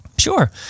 Sure